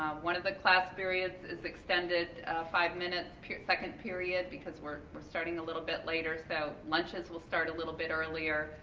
one of the class periods is extended five minutes second period because we're we're starting a little bit later, so lunches will start a little bit earlier.